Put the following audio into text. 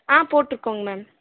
போட்டுருக்கோங்க ma'am